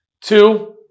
Two